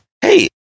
hey